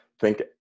thank